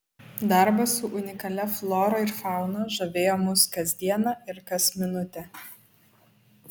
darbas su unikalia flora ir fauna žavėjo mus kas dieną ir kas minutę